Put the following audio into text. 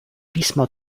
pismo